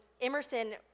Emerson